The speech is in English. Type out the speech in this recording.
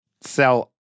sell